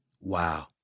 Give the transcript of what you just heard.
Wow